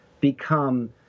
become